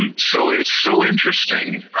and so it's so interesting,